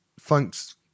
thanks